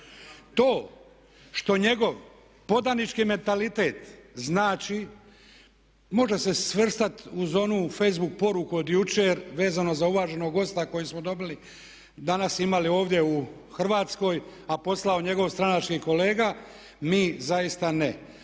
To što njegov podanički mentalitet znači može se svrstat uz onu Facebook poruku od jučer vezano za uvaženog gosta koji smo dobili, danas imali ovdje u Hrvatskoj, a poslao njegov stranački kolega mi zaista ne.